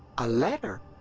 a letter.